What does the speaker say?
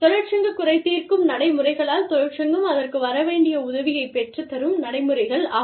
தொழிற்சங்க குறை தீர்க்கும் நடைமுறைகளால் தொழிற்சங்கம் அதற்கு வர வேண்டிய உதவியைப் பெற்றுத் தரும் நடைமுறைகள் ஆகும்